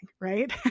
right